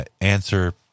answer